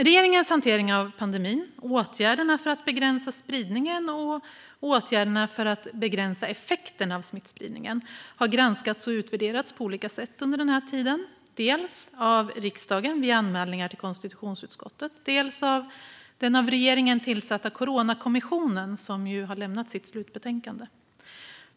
Regeringens hantering av pandemin - åtgärderna för att begränsa spridningen och åtgärderna för att begränsa effekterna av smittspridningen - har granskats och utvärderats på olika sätt under den här tiden, dels av riksdagen via anmälningar till konstitutionsutskottet, dels av den av regeringen tillsatta Coronakommissionen, som ju har lämnat sitt slutbetänkande.